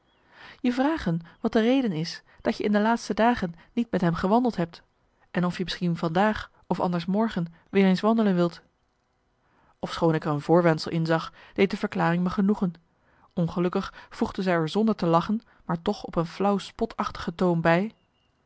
je vragen wat de reden is dat je in de laatste dagen niet met hem gewandeld hebt en of je misschien van daag anders morgen weer eens wandelen wilt ofschoon ik er een voorwendsel in zag deed de verklaring me genoegen ongelukkig voegde zij er zonder te lachen maar toch op een flauw spotachtige toon bij